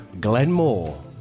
Glenmore